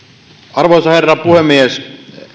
arvoisa herra puhemies